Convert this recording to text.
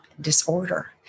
disorder